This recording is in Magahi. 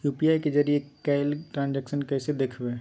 यू.पी.आई के जरिए कैल ट्रांजेक्शन कैसे देखबै?